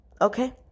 Okay